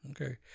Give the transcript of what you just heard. okay